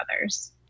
others